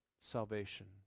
salvation